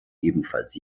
ebenfalls